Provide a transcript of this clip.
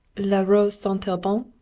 la rose sent-elle bon?